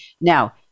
Now